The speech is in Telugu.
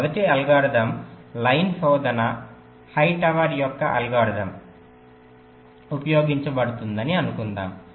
మొదటి అల్గోరిథం లైన్ శోధన హైటవర్ యొక్క అల్గోరిథంHightower's algorithm ఉపయోగించబడుతుందని అనుకుందాము